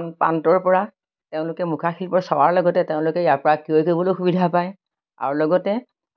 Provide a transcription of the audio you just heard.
প্ৰান্তৰ পৰা তেওঁলোকে মুখাশিল্প চোৱাৰ লগতে তেওঁলোকে ইয়াৰ পৰা ক্ৰয় কৰিবলৈ সুবিধা পায় আৰু লগতে